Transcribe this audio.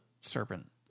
serpent